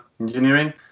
Engineering